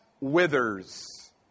withers